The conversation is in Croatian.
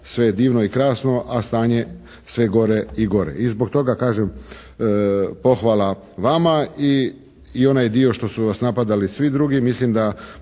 je divno i krasno, a stanje je sve gore i gore. I zbog toga kažem pohvala vama i onaj dio što su vas napadali svi drugi,